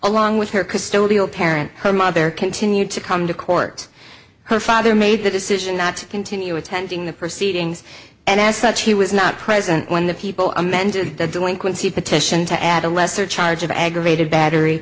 along with her custodial parent her mother continued to come to court her father made the decision not to continue attending the proceedings and as such he was not present when the people amended the delinquency petition to add a lesser charge of aggravated battery